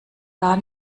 gar